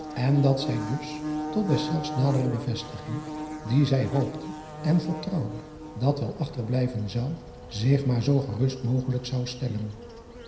en dat zij dus tot deszelfs nadere bevestiging die zij hoopte en vertrouwde dat wel achter blijven zou zich maar zoo gerust mogelijk zou stellen